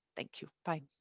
thank you. bye.